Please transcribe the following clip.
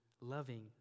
loving